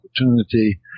opportunity